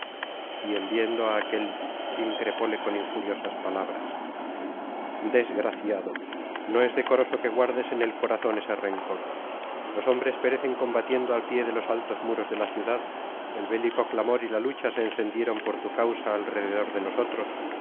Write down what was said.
y en viendo á aquél increpóle con injuriosas palabras desgraciado no es decoroso que guardes en el corazón ese rencor los hombres perecen combatiendo al pie de los altos muros de la ciudad el bélico clamor y la lucha se encendieron por tu causa alrededor de nosotros